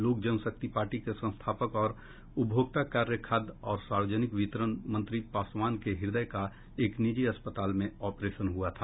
लोक जनशक्ति पार्टी के संस्थापक और उपभोक्ता कार्य खाद्य और सार्वजनिक वितरण मंत्री पासवान के हृदय का एक निजी अस्पताल में आपरेशन हुआ था